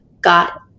got